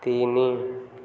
ତିନି